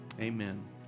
amen